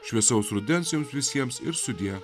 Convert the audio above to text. šviesaus rudens jums visiems ir sudie